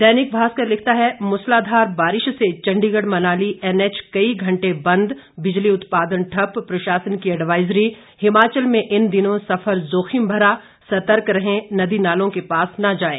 दैनिक भास्कर लिखता है मूसलाधार बारिश से चंडीगढ़ मनाली एनएच कई घंटे बंद बिजली उत्पादन ठप्प प्रशासन की एडवाइजरी हिमाचल में इन दिनों सफर जोखिम भरा सतर्क रहें नदी नालों के पास न जाएं